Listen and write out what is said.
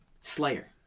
Slayer